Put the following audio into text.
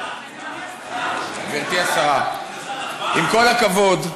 גברתי השרה, עם כל הכבוד,